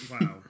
Wow